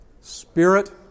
spirit